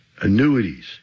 annuities